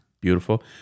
beautiful